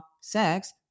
sex